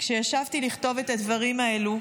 כשישבתי לכתוב את הדברים האלה,